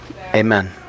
Amen